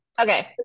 okay